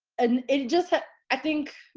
and it just. i think